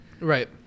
Right